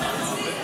המשפטים.